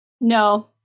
No